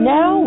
Now